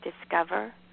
discover